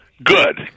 Good